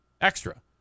extra